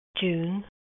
June